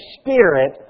Spirit